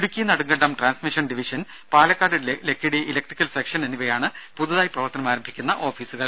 Idukki Nedumkandam transmission division Palakkad Lakkidi electrical section എന്നിവയാണ് പുതുതായി പ്രവർത്തനം ആരംഭിക്കുന്ന ഓഫീസുകൾ